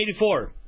1984